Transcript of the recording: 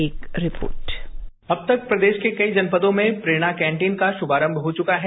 एक रिपोर्ट अब तक प्रदेश के कई जनपदों में प्रेरणा कॅटीन का शुभारंभ हो चुका है